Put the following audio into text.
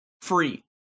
free